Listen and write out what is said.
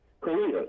Korea